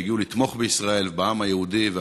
שהגיעו לתמוך בישראל ובעם היהודי.